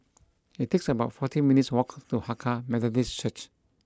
it's about forty minutes' walk to Hakka Methodist Church